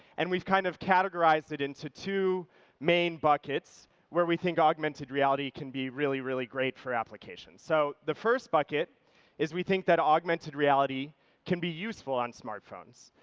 and we've kind of categorized it into two main buckets where we think augmented reality can be really, really great for applications. so the first bucket is we think that augmented reality can be useful on smartphones.